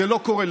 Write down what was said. זה לא קורה.